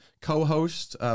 co-host